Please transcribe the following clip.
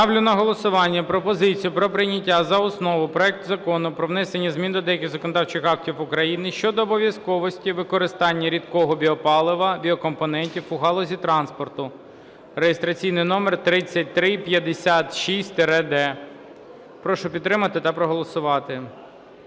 Ставлю на голосування пропозицію про прийняття за основу проекту Закону про внесення змін до деяких законодавчих актів України щодо обов'язковості використання рідкого біопалива (біокомпонентів) у галузі транспорту (реєстраційний номер 3356-д). Прошу підтримати та проголосувати.